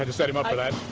and set him up for that.